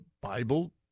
Bible